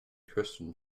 christian